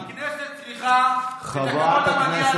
הכנסת צריכה את הכבוד המגיע לה.